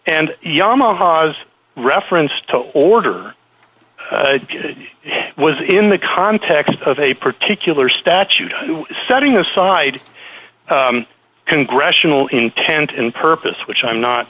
and yamaha's reference to order it was in the context of a particular statute setting aside congressional intent in purpose which i'm not